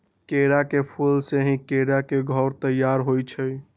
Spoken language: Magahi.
केरा के फूल से ही केरा के घौर तइयार होइ छइ